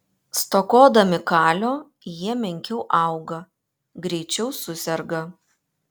stokodami kalio jie menkiau auga greičiau suserga